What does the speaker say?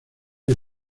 que